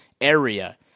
area